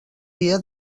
dia